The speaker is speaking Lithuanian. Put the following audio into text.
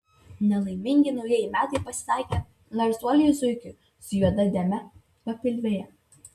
nelaimingi naujieji metai pasitaikė narsuoliui zuikiui su juoda dėme papilvėje